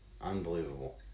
Unbelievable